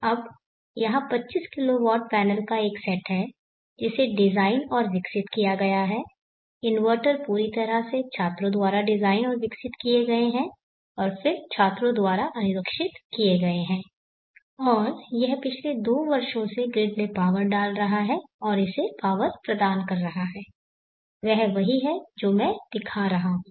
अब यहाँ 25 kW panel का एक सेट है जिसे डिज़ाइन और विकसित किया गया है इन्वर्टर पूरी तरह से छात्रों द्वारा डिज़ाइन और विकसित किए गए हैं और फिर छात्रों द्वारा अनुरक्षित किए गए हैं और यह पिछले दो वर्षों से ग्रिड में पावर डाल रहा है और इसे पावर प्रदान कर रहा है वह वही है जो मैं दिखा रहा हूं